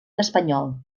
espanyol